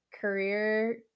career